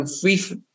free